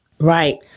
Right